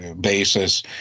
basis